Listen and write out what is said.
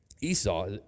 Esau